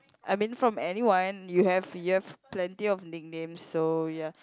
I mean from anyone you have you have plenty of nicknames so ya